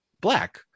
black